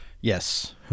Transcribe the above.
Yes